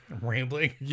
rambling